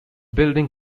building